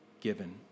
given